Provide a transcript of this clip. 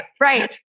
Right